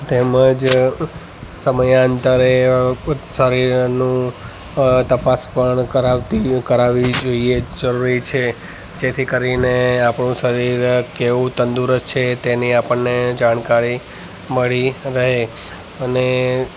તેમજ સમયાંતરે શરીરનું તપાસ પણ કરાવતી કરાવવી જોઈએ જરૂરી છે જેથી કરીને આપણું શરીર કેવું તંદુરસ્ત છે તેની આપણને જાણકારી મળી રહે અને